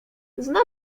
zna